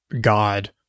God